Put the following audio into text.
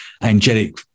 angelic